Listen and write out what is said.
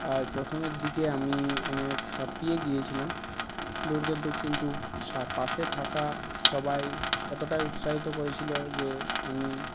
আর প্রথমের দিকে আমি অনেক হাঁপিয়ে গিয়েছিলাম দৌঁড় কিন্তু পাশে থাকা সবাই এতটাই উৎসাহিত করেছিল যে আমি